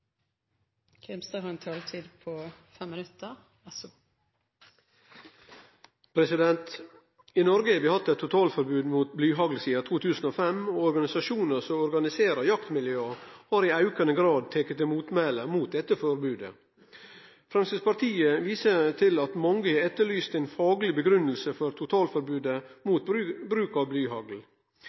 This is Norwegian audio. I Noreg har vi hatt eit totalforbod mot blyhagl sidan 2005, og organisasjonar som organiserer jaktmiljøa har i aukande grad teke til motmæle mot dette forbodet. Framstegspartiet viser til at mange har etterlyst ei fagleg grunngjeving for totalforbodet mot bruk av